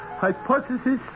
hypothesis